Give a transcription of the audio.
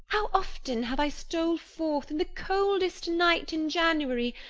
how often have i stole forth, in the coldest night in january,